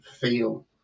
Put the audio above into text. feel